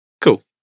Cool